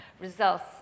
results